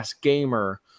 Gamer